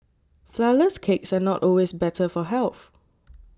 Flourless Cakes are not always better for health